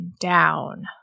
down